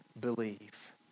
believe